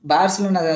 Barcelona